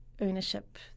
ownership